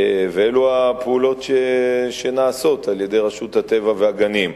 ואלו הפעולות שנעשות על-ידי רשות הטבע והגנים.